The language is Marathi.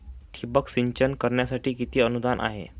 ठिबक सिंचन करण्यासाठी किती अनुदान आहे?